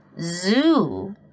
zoo